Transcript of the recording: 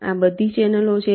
આ બધી ચેનલો છે